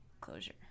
closure